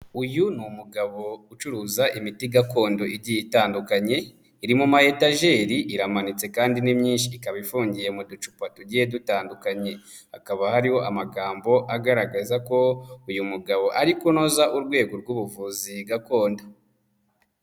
Uyu ni umugabo ucuruza imiti gakondo igiye itandukanye, iri mu metajeri iramanitse kandi ni myinshi, ikaba ifungiye mu ducupa tugiye dutandukanye, hakaba hariho amagambo agaragaza ko uyu mugabo ari kunoza urwego rw'ubuvuzi gakondo.